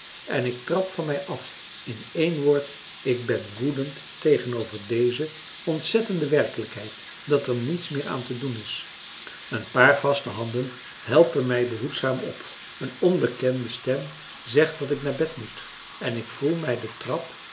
en ik trap van mij af in één woord ik ben woedend tegenover deze ontzettende werkelijkheid dat er niets meer aan te doen is een paar vaste handen helpen mij behoedzaam op een onbekende stem zegt dat ik naar bed moet en ik voel mij de trap